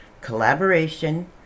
collaboration